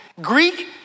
Greek